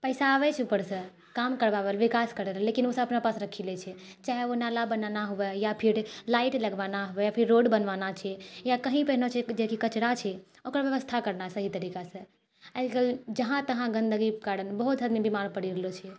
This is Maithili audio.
पैसा आबै छै ऊपरसँ काम करबाबय लेल विकास करय लेल लेकिन ओसभ अपना पास राखि लै छै चाहे ओ नाला बनाना हुए या फिर लाइट लगवाना हुए या फिर रोड बनवाना छै या कहीँ पे ने छै कचड़ा छै ओकर व्यवस्था करना सही तरीकासँ आइ काल्हि जहाँ तहाँ गन्दगीके कारण बहुत आदमी बीमार पड़ि गेलो छै